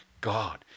God